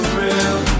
real